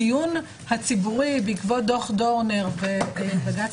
הדיון הציבורי בעקבות דוח דורנר ובג"ץ